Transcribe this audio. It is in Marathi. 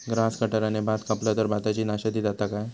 ग्रास कटराने भात कपला तर भाताची नाशादी जाता काय?